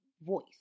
voice